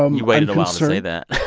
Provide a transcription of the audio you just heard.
um you waited a while to say that